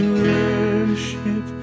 worship